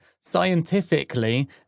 scientifically